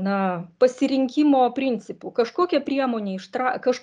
na pasirinkimo principu kažkokią priemonę ištra kažko